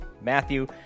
Matthew